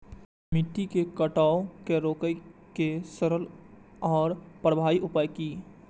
मिट्टी के कटाव के रोके के सरल आर प्रभावी उपाय की?